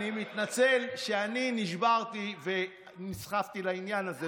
אני מתנצל שאני נשברתי ונסחפתי לעניין הזה.